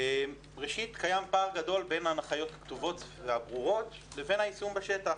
ראשית קיים פער גדול בין ההנחיות הכתובות והברורות לבין היישום בשטח,